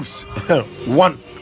One